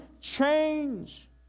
change